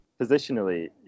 Positionally